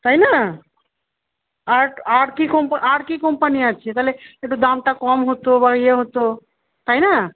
তাই না আর আর কী আর কী কোম্পানি আছে তাহলে একটু দামটা কম হত বা ইয়ে হত তাই না